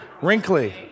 Wrinkly